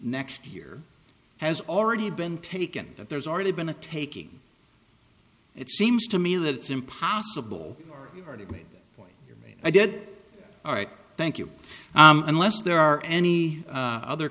next year has already been taken that there's already been a taking it seems to me that it's impossible to me what i did all right thank you unless there are any other